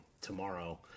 tomorrow